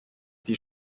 die